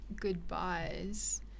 goodbyes